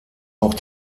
auch